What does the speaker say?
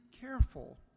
careful